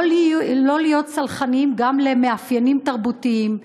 לא להיות סלחניים גם למאפיינים תרבותיים,